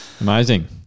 amazing